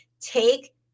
Take